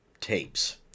tapes